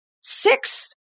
six